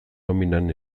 nominan